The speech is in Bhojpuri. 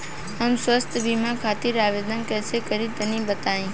हम स्वास्थ्य बीमा खातिर आवेदन कइसे करि तनि बताई?